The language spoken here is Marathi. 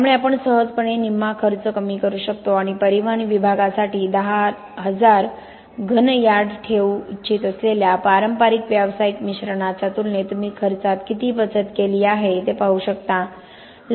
त्यामुळे आपण सहजपणे निम्मा खर्च कमी करू शकतो आणि परिवहन विभागासाठी 10000 घन यार्ड ठेवू इच्छित असलेल्या पारंपारिक व्यावसायिक मिश्रणाच्या तुलनेत तुम्ही खर्चात किती बचत केली आहे ते पाहू शकता